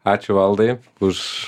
ačiū valdai už